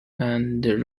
and